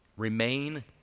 remain